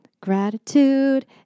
Gratitude